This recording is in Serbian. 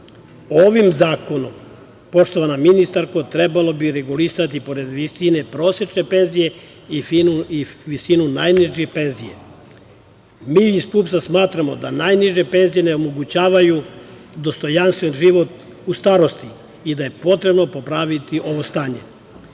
zakonom, poštovana ministarko, trebalo bi regulisati, pored visine prosečne penzije, i visinu najniže penzije. Mi iz PUPS-a smatramo da najniže penzije ne omogućavaju dostojanstven život u starosti i da je potrebno popraviti ovo stanje.